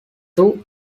two